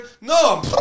No